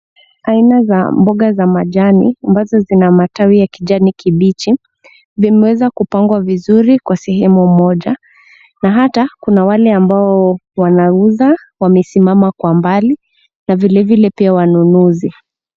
Aina za mboga za majani, ambazo zina matawi ya kijani kibichi. Vimeweza kupangwa vizuri kwa sehemu moja, na hata kuna wale ambao wanauza wamesimama kwa mbali, na vile vile pia wanunuzi.